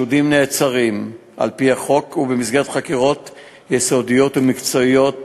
החשודים נעצרים על-פי החוק ונחקרים במסגרת חקירות יסודיות ומקצועיות